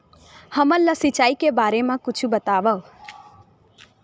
हमन ला सिंचाई के बारे मा कुछु बतावव?